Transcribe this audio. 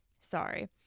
sorry